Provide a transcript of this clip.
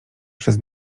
przez